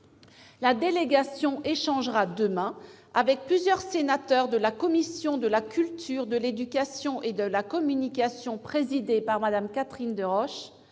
La délégation échangera demain avec plusieurs sénateurs de la commission de la culture, de l'éducation et de la communication présidée par Mme Catherine